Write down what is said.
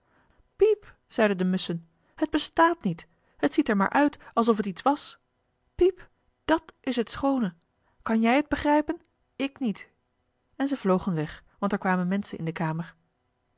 piep zeiden de musschen het bestaat niet het ziet er maar uit alsof het iets was piep dat is het schoone kan jij het begrijpen ik niet en zij vlogen weg want er kwamen menschen in de kamer